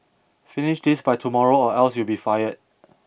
finish this by tomorrow or else you'll be fired